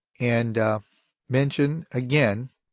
and mention, again,